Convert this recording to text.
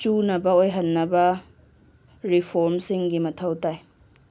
ꯆꯨꯅꯕ ꯑꯣꯏꯍꯟꯅꯕ ꯔꯤꯐ꯭ꯣꯔꯝꯁꯤꯡꯒꯤ ꯃꯊꯧ ꯇꯥꯏ